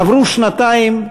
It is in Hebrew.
עברו שנתיים,